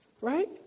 Right